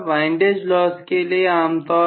windage loss के लिए आमतौर पर